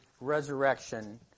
resurrection